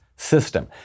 System